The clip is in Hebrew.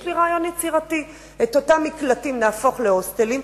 יש לי רעיון יצירתי: את אותם מקלטים נהפוך להוסטלים,